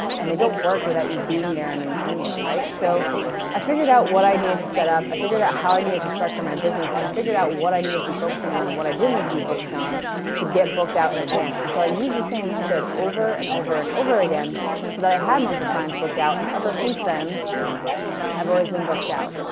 and they don't work without you being there and maintaining them, right? so i figured out what i needed to set up. i figured out how i needed to structure my business, and i figured out what i needed to be focusing on and what i didn't need to be focused on to get booked out in advance. so i used the same method over and over and over again so that i had months of clients booked out, and ever since then i've always been booked out.